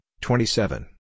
twenty-seven